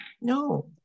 No